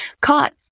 caught